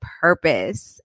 purpose